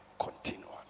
continually